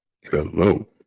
Hello